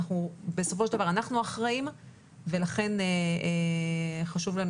בסופו של בר אנחנו אחראים ולכן חשוב לנו